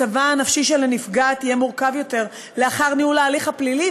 מצבה הנפשי של הנפגעת יהיה מורכב יותר לאחר ניהול ההליך הפלילי,